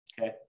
okay